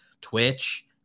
Twitch